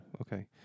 Okay